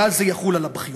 כלל זה יחול על הבחירות,